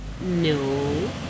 no